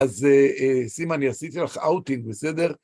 אז סימה, אני עשיתי לך אאוטינג, בסדר?